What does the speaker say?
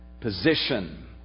position